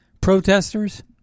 protesters